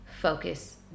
Focus